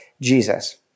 Jesus